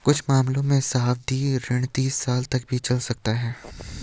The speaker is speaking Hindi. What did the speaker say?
कुछ मामलों में सावधि ऋण तीस साल तक भी चल सकता है